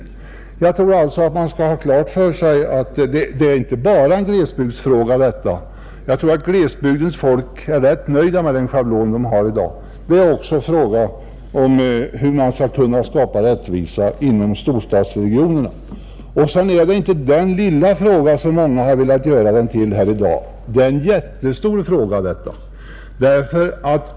Vi skall alltså ha klart för oss att det inte bara är en glesbygdsfråga. Jag tror att glesbygdens folk är rätt nöjda med den schablon de har i dag. Det är också en fråga om hur man skall kunna skapa rättvisa inom storstadsregionerna. Det är inte heller en så liten fråga som många i dag velat göra den till. Det är en jättestor fråga.